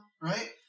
Right